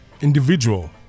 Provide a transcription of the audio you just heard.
individual